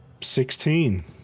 sixteen